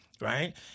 Right